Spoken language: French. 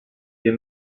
des